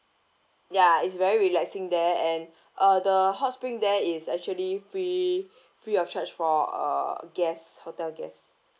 ya is very relaxing there and uh the hot spring there is actually free free of charge for uh guest hotel guest